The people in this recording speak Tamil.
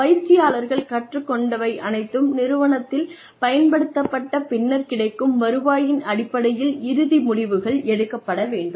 பயிற்சியாளர்கள் கற்றுக்கொண்டவை அனைத்தும் நிறுவனத்தில் பயன்படுத்தப்பட்ட பின்னர் கிடைக்கும் வருவாயின் அடிப்படையில் இறுதி முடிவுகள் எடுக்கப்பட வேண்டும்